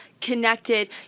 connected